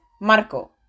Marco